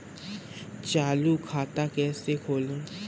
चालू खाता कैसे खोलें?